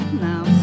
now